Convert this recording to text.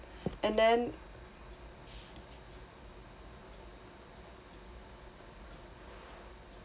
and then